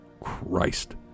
Christ